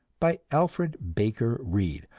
by alfred baker read,